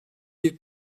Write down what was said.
bir